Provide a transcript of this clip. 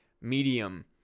medium